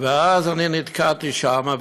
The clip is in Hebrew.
אז אני נתקעתי שם.